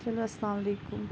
چلو اَسَلامُ علیکُم